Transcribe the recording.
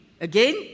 Again